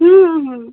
হুম হুম হুম